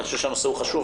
אני חושב שהנושא הוא חשוב,